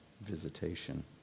visitation